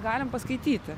galim paskaityti